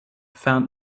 found